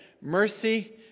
mercy